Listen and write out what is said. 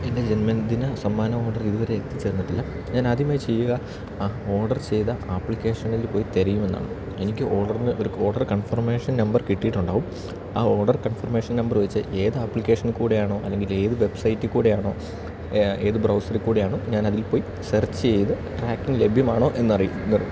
എൻ്റെ ജന്മദിന സമ്മാന ഓർഡർ ഇതുവരെ എത്തി ചേർന്നിട്ടില്ല ഞാൻ ആദ്യമായി ചെയ്യുക ആ ഓർഡർ ചെയ്ത ആപ്ലിക്കേഷനിൽ പോയി തിരയും എന്നതാണ് എനിക്ക് ഓർഡറിന് ഒരു ഓർഡർ കൺഫർമേഷൻ നമ്പർ കിട്ടിയിട്ടുണ്ടാവും ആ ഓർഡർ കൺഫർമേഷൻ നമ്പർ വെച്ച് ഏത് ആപ്ലിക്കേഷനിൽ കൂടെയാണോ അല്ലെങ്കിൽ ഏത് വെബ്സൈറ്റ് കൂടെയാണോ ഏത് ബ്രൗസറിൽ കൂടെയാണോ ഞാനതിൽ പോയി സെർച്ച് ചെയ്ത് ട്രാക്കിംഗ് ലഭ്യമാണോ എന്നറിയിക്കുന്നു